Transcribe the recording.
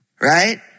right